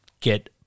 get